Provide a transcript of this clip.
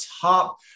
top